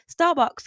Starbucks